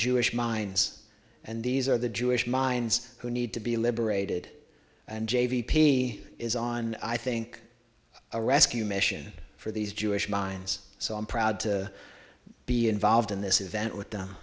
jewish mines and these are the jewish mines who need to be liberated and j v p is on i think a rescue mission for these jewish mines so i'm proud to be involved in this event with them